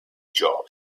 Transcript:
job